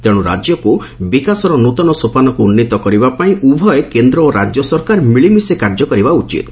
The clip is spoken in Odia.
ତେଣୁ ରାଜ୍ୟକୁ ବିକାଶର ନୂଆ ସୋପାନକୁ ଉନ୍ନିତ କରିବା ପାଇଁ ଉଭୟ କେନ୍ଦ୍ର ଓ ରାଜ୍ୟ ସରକାର ମିଳିମିଶି କାର୍ଯ୍ୟ କରିବା ଉଚିତ୍